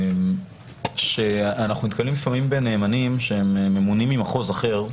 אנחנו נתקלים לפעמים בנאמנים שהם ממונים ממחוז אחר,